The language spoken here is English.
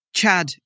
Chad